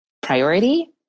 priority